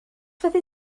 fyddi